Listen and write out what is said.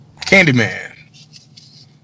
Candyman